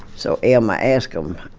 so elmer asked him,